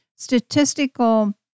Statistical